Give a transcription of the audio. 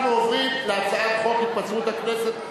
אנחנו עוברים להצעת חוק התפזרות הכנסת,